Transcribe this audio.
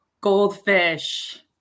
Goldfish